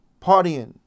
partying